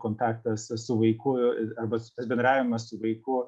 kontaktas su vaiku arba tas bendravimas su vaiku